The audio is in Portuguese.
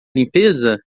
limpeza